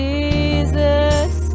Jesus